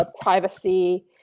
privacy